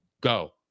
go